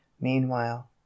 meanwhile